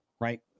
right